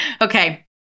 Okay